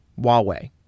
Huawei